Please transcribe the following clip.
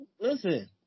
listen